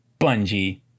Bungie